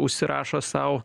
užsirašo sau